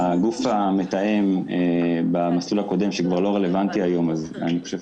הגוף המתאם במסלול הקודם שכבר לא רלוונטי היום אז אני חושב